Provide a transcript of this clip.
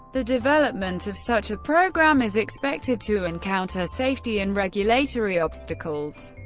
the development of such a program is expected to encounter safety and regulatory obstacles.